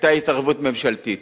היתה התערבות ממשלתית.